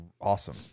awesome